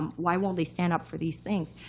um why won't they stand up for these things?